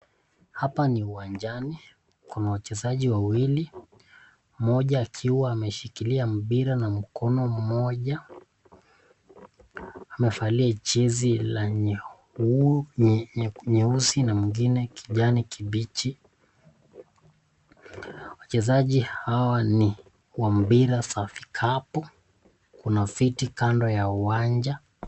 Hapa ni uwanjani. Kuna wachezaji wawili; mmoja akiwa ameshikilia mpira na mkono moja, amevalia jezi la nyeusi na mwingine kijani kibichi. Wachezaji hawa ni wa mpira za vikapu. Kuna viti kando ya uwanja.